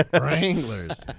Wranglers